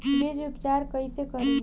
बीज उपचार कईसे करी?